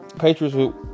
Patriots